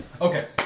Okay